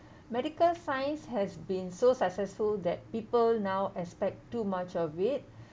medical science has been so successful that people now expect too much of it